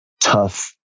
tough